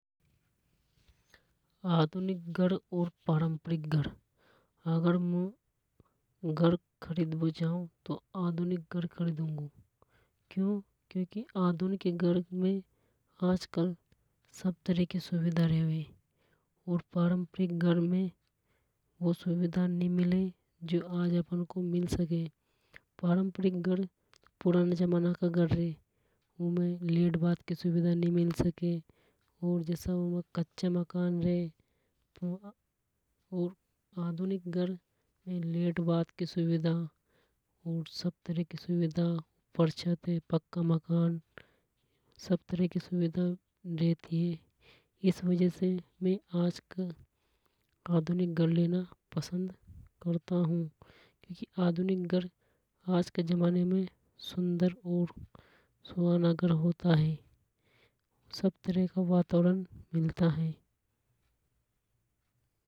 आधुनिक घर और पारंपरिक घर अगर मु घर खरीदबो चाऊ तो आधुनिक घर खरीदूंगू क्यों। क्योंकि आधुनिक घर में आज कल सब तरह की सुविधा रेवे और पारंपरिक घर में वो सुविधा नि मिले जो आज अपन को मिल सके पारंपरिक घर पुराने जमाने के घर रे उमे लेटबाथ की सुविधा नि मिल सके और जसा उमे कच्चे मकान रे। और आधुनिक घर में सब तरह की सुविधा ऊपर छत पक्का मकान सब तरह की सुविधा रहती है। इस कारण में आज आधुनिक घर लेना पसंद करता हूं। क्योंकि आधुनिक घर सुंदर और सुहाना होता है सब तरह का वातावरण मिलता हैं।